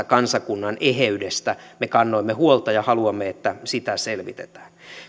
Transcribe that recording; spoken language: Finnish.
kansakunnan eheydestä me kannoimme huolta ja haluamme että sitä selvitetään